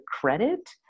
credit